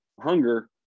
hunger